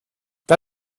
der